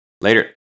Later